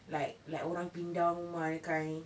like like orang pindah rumah that kind